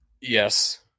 yes